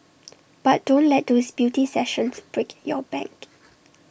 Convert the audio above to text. but don't let those beauty sessions break your bank